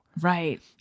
Right